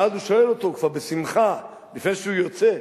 ואז הוא שואל אותו כבר בשמחה, לפני שהוא יוצא: